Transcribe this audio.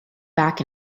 back